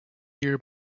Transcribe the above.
year